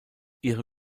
ihre